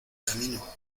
camino